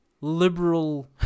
liberal